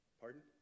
Pardon